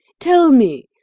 tell me,